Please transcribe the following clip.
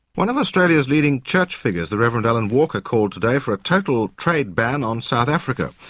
one of australia's leading church figures the reverend alan walker called today for a total trade ban on south africa.